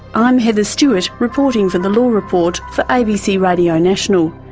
i'm heather stewart reporting for the law report for abc radio national,